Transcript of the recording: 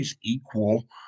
equal